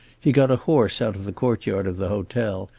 he got a horse out of the courtyard of the hotel,